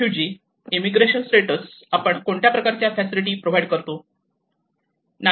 refugee immigration status आपण कोणत्या प्रकारच्या फॅसिलिटी प्रोव्हाइड करतो